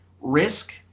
risk